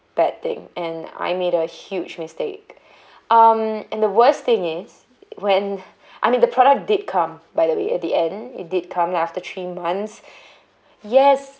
bad thing and I made a huge mistake um and the worst thing is when I mean the product did come by the way at the end it did come after three months yes